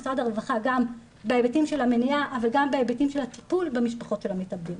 גם בהיבטים של מניעה אבל גם בהיבטים של הטיפול במשפחות המתאבדים,